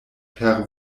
per